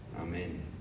Amen